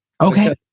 Okay